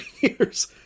years